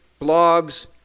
blogs